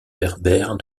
berbère